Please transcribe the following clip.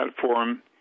platform